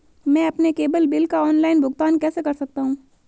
मैं अपने cable bill का ऑनलाइन भुगतान कैसे कर सकता हूं?